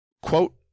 Quote